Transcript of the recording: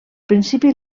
principi